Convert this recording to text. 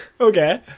okay